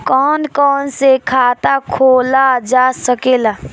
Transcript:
कौन कौन से खाता खोला जा सके ला?